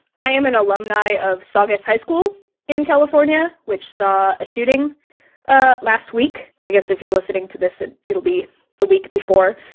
i am an alumni of saugus high school in california, which saw a shooting ah last week, i guess if you're listening to this and it'll be the week before,